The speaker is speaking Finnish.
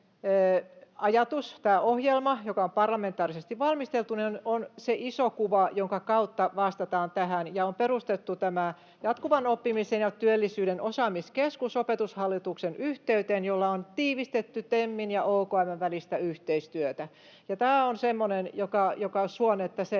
tämä ohjelma, joka on parlamentaarisesti valmisteltu, on se iso kuva, jonka kautta vastataan tähän. On perustettu tämä jatkuvan oppimisen ja työllisyyden osaamiskeskus Opetushallituksen yhteyteen, ja sillä on tiivistetty TEMin ja OKM:n välistä yhteistyötä. Tämä on semmoinen, jonka toivon